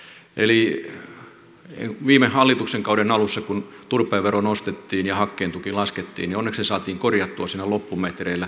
eli kun viime hallituksen kauden alussa turpeen vero nostettiin ja hakkeen tuki laskettiin niin onneksi se saatiin korjattua siinä loppumetreillä